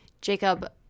Jacob